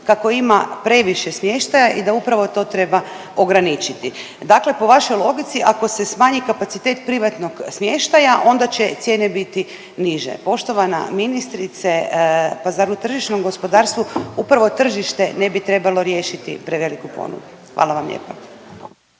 kako ima previše smještaja i da upravo to treba ograničiti. Dakle po vašoj logici ako se smanji kapacitet privatnog smještaja onda će cijene biti niže. Poštovana ministrice, pa zar u tržišnom gospodarstvu upravo tržište ne bi trebalo riješiti preveliku ponudu? Hvala vam lijepa.